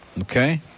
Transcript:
Okay